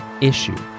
issue